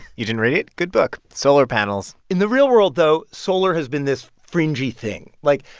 you didn't read it? good book. solar panels in the real world, though, solar has been this fringy thing. like,